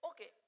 okay